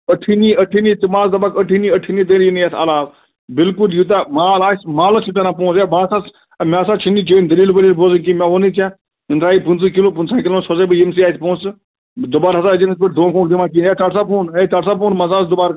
ٲٹھٲنی ٲٹھٲنی ژٕ ما حظ دَپَکھ ٲٹھٲنی ٲٹھٲنی تری نہٕ یتھ عَلاو بِلکُل یوٗتاہ مال آسہِ مالَس چھِ تران پۅنٛسہٕ ہے بس حظ ہے مےٚ ہسا چھِنہٕ چٲنٛۍ دٔلیٖل ؤلیٖل بوزٕنۍ کیٚنٛہہ مےٚ ووٚنے ژےٚ یِم درایی پٕنٛژٕہ کِلوٗ پٕنژٕہَن کِلوٗن سوزے بہٕ ییٚمسٕے اَتھٕ پۅنٛسہٕ دُبارٕ ہَسا ٲسۍ زِ نہٕ یِتھٕ پٲٹھۍ دۅنٛکھٕ وۅنٛکھٕ دِوان کیٚنٛہہ ہے ژَٹھ سا فون ہے ژَٹھ سا فون مَسا آس دُبار